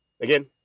Again